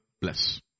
bless